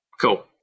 Cool